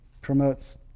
Promotes